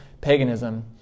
paganism